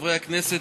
חברי הכנסת,